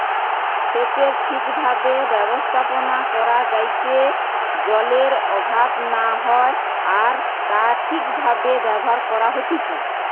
সেচের ঠিক ভাবে ব্যবস্থাপনা করা যাইতে জলের অভাব না হয় আর তা ঠিক ভাবে ব্যবহার করা হতিছে